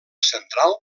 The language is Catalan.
central